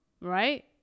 right